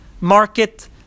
market